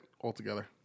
altogether